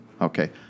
Okay